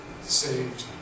saved